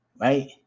right